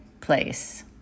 place